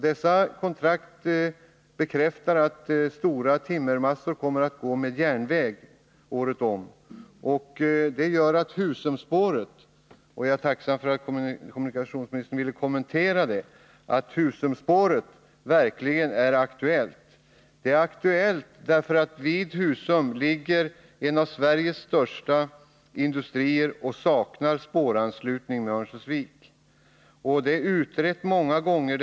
Dessa kontrakt bekräftar att stora timmermassor kommer att gå med järnväg året om. Det gör att Husumspåret — jag är tacksam för att kommunikationsministern ville kommentera den saken — verkligen är aktuellt. Vid Husum ligger nämligen en av Sveriges största industrier, men man saknar spåranslutning med Örnsköldsvik. Detta har utretts många gånger.